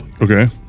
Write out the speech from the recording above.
Okay